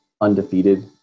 undefeated